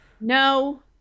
No